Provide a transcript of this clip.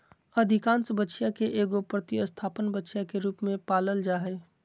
अधिकांश बछिया के एगो प्रतिस्थापन बछिया के रूप में पालल जा हइ